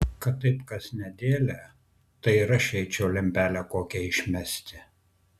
kad taip kas nedėlią tai ir aš eičiau lempelę kokią išmesti